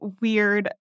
weird